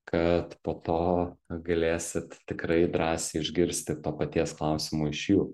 kad po to galėsit tikrai drąsiai išgirsti to paties klausimo iš jų